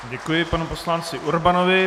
Děkuji panu poslanci Urbanovi.